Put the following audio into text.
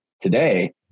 today